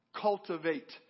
Cultivate